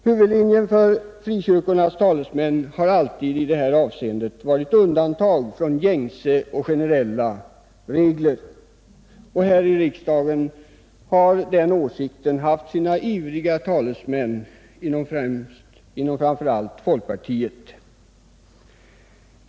Huvudlinjen för frikyrkornas talesmän har alltid i det här avseendet varit undantag från gängse och generella regler. Här i riksdagen har den åsikten haft sina ivriga talesmän framför allt inom folkpartiet.